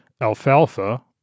alfalfa